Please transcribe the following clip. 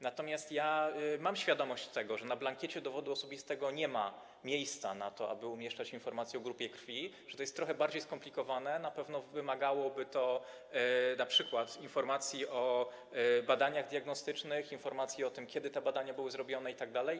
Natomiast mam świadomość tego, że na blankiecie dowodu osobistego nie ma miejsca na to, aby umieścić informację o grupie krwi, że to jest trochę bardziej skomplikowane, na pewno wymagałoby to np. informacji o badaniach diagnostycznych, o tym, kiedy te badania były zrobione itd.